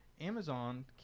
Amazon